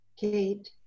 Kate